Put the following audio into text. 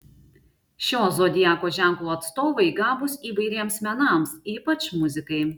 šio zodiako ženklo atstovai gabūs įvairiems menams ypač muzikai